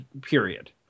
period